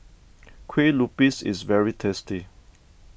Kue Lupis is very tasty